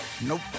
Nope